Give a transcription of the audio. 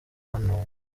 hano